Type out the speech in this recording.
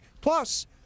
plus